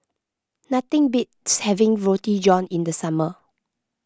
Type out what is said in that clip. nothing beats having Roti John in the summer